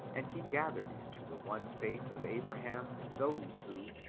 and he gathered into the one faith of abraham those who,